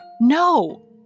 no